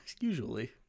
Usually